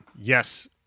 Yes